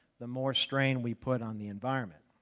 the more strain we put on the environment.